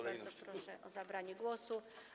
Bardzo proszę o zabranie głosu.